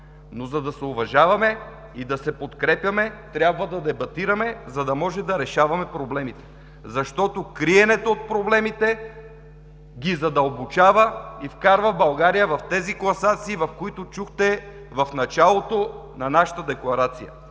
Но за да се уважаваме и да се подкрепяме, трябва да дебатираме, за да може да решаваме проблемите, защото криенето от проблемите ги задълбочава и вкарва България в тези класации, които чухте в началото на нашата декларация.